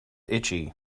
itchy